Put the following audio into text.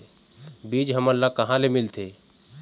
बीज हमन ला कहां ले मिलथे?